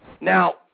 Now